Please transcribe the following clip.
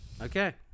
Okay